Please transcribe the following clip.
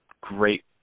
great